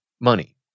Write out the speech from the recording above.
money